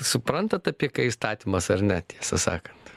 suprantat apie ką įstatymas ar ne tiesą sakant